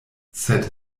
sed